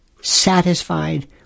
satisfied